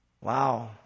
Wow